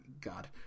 God